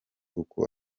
uko